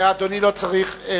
אדוני לא צריך,